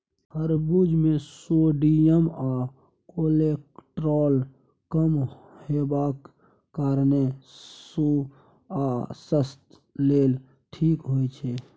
खरबुज मे सोडियम आ कोलेस्ट्रॉल कम हेबाक कारणेँ सुआस्थ लेल नीक होइ छै